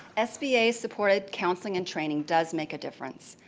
sba support, ah counseling and training does make a difference.